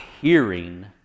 hearing